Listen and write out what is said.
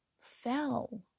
fell